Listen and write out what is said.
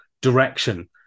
direction